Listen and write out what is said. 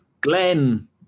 Glenn